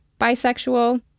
bisexual